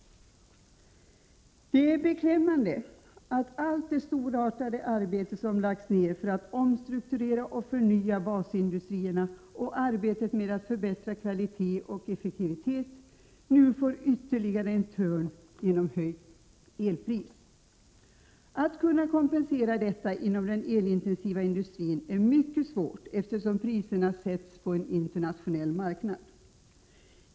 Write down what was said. Det är beklämmande att allt det storartade arbete som lagts ner för att omstrukturera och förnya basindustrierna och arbetet med att förbättra kvalitet och effektivitet nu får ytterligare en törn genom höjt elpris. Att kompensera detta inom den elintensiva industrin är mycket svårt, eftersom priserna sätts på den internationella marknaden.